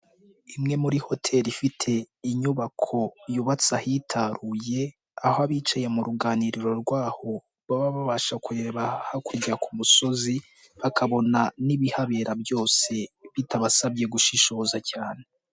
Imwe muri hoteri ifite inyubako yubatse ahitaruye, aho abicaye mu ruganiriro rwaho baba babasha kureba hakurya ku musozi, bakabona n'ibihabera byose bitabasabye gushishoza cyane.